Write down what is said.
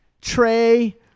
Trey